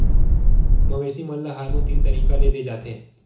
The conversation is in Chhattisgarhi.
मवेसी मन ल हारमोन तीन तरीका ले दे जाथे